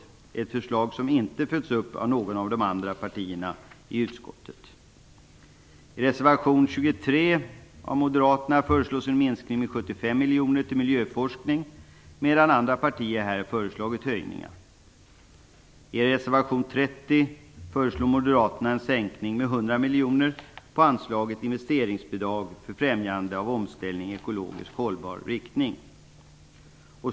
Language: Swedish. Det är ett förslag som inte följs upp av något av de andra partierna i utskottet. I reservation 23 av moderaterna föreslås en minskning med 75 miljoner till miljöforskning, medan andra partier har föreslagit höjningar. I reservation 30 föreslår moderaterna en sänkning med 100 miljoner kronor på anslaget Investeringsbidrag för främjande av omställning i ekologiskt hållbar riktning.